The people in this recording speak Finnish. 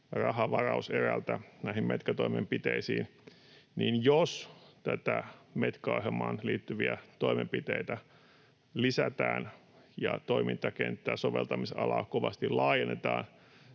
rahavarauserältä näihin Metka-toimenpiteisiin, niin jos tähän Metka-ohjelmaan liittyviä toimenpiteitä lisätään ja jos toimintakenttää, soveltamisalaa, kovasti laajennetaan,